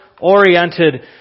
oriented